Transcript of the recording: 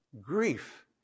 Grief